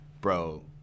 bro